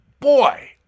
boy